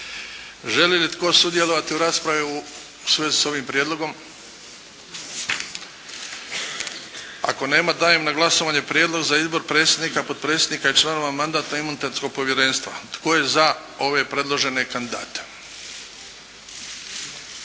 Želi li tko sudjelovati u raspravi u svezi sa ovim prijedlogom? Ako nema dajem na glasovanje prijedlog za izbor predsjednika, potpredsjednika i članova Mandatno-imunitetnog povjerenstva. Tko je za ove predložene kandidate?